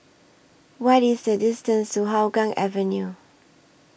What IS The distance to Hougang Avenue